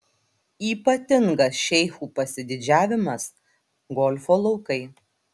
ypatingas šeichų pasididžiavimas golfo laukai